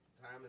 time